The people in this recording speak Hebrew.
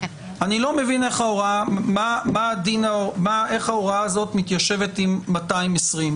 אני לא מבין איך ההוראה הזאת מתיישבת עם 220,